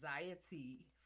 anxiety